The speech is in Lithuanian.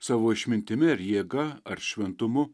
savo išmintimi ar jėga ar šventumu